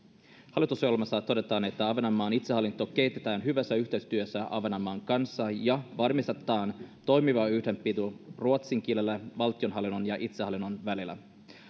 hallitusohjelmassa todetaan että ahvenanmaan itsehallintoa kehitetään hyvässä yhteistyössä ahvenanmaan kanssa ja varmistetaan toimiva yhteydenpito ruotsin kielellä valtionhallinnon ja itsehallinnon välillä